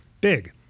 big